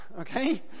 Okay